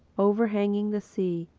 overhanging the sea.